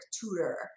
tutor